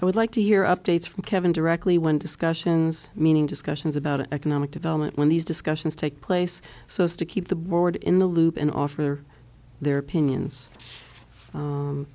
i would like to hear updates from kevin directly when discussions meaning discussions about economic development when these discussions take place so as to keep the board in the loop and offer their opinions